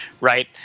right